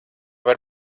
var